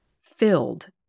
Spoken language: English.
filled